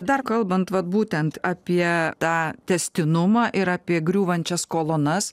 dar kalbant vat būtent apie tą tęstinumą ir apie griūvančias kolonas